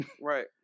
right